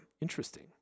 Interesting